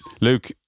Luke